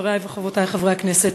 חברי וחברותי חברי הכנסת,